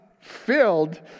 filled